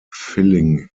filling